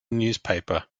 newspaper